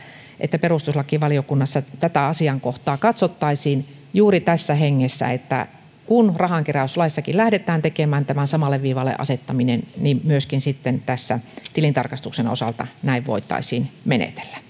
että perustuslakivaliokunnassa tätä asiankohtaa katsottaisiin juuri tässä hengessä että kun rahankeräyslaissakin lähdetään tekemään tämä samalle viivalle asettaminen niin myöskin tilintarkastuksen osalta näin voitaisiin menetellä